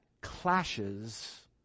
clashes